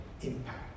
impact